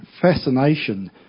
fascination